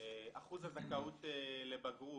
אחוז הזכאות לבגרות,